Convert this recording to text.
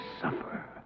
suffer